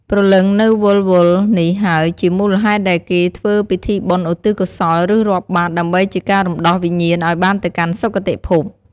ព្រលឹងនៅវិលៗនេះហើយជាមូលហេតុដែលគេធ្វើពិធីបុណ្យឧទ្ទិសកុសលឬរាប់បាត្រ ដើម្បីជាការរំដោះវិញ្ញាណឱ្យបានទៅកាន់សុគតិភព។